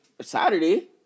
Saturday